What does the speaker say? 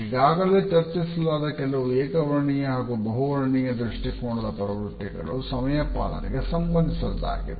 ಈಗಾಗಲೇ ಚರ್ಚಿಸಲಾದ ಕೆಲವು ಏಕ ವರ್ಣೀಯ ಹಾಗೂ ಬಹುವರ್ಣೀಯ ದೃಷ್ಟಿಕೋನದ ಪ್ರವೃತ್ತಿಗಳು ಸಮಯಪಾಲನೆಗೆ ಸಂಬಂಧಿಸಿದ್ದಾಗಿವೆ